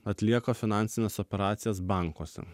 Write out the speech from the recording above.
atlieka finansines operacijas bankuose